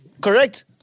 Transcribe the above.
correct